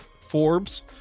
forbes